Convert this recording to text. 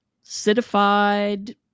citified